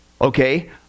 okay